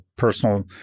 personal